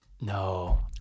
No